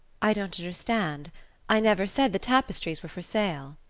i don't understand i never said the tapestries were for sale.